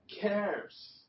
cares